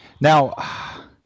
Now